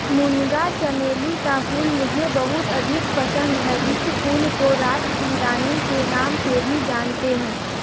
मूंगा चमेली का फूल मुझे बहुत अधिक पसंद है इस फूल को रात की रानी के नाम से भी जानते हैं